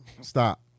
Stop